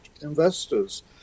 investors